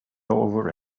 over